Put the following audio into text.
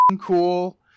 cool